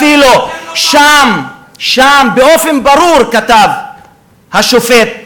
אפילו שם, שם, באופן ברור, כתב השופט אור,